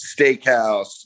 steakhouse